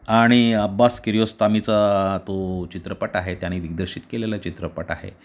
आणि अब्बास किरियोस्तामीचा तो चित्रपट आहे त्याने दिग्दर्शित केलेला चित्रपट आहे